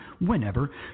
whenever